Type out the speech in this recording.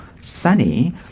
Sunny